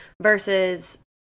versus